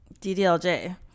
DDLJ